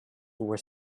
were